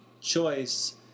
choice